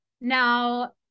now